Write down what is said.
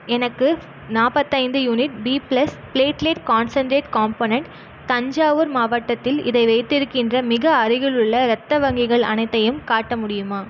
எனக்கு நாற்பத்தைந்து unit B plus platelet concentrate component Thanjavur மாவட்டத்தில் இதை வைத்திருக்கின்ற மிக அருகிலுள்ள இரத்த வங்கிகள் அனைத்தையும் காட்ட முடியுமா